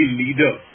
leader